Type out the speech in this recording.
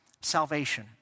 salvation